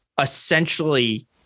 essentially